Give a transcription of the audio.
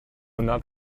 not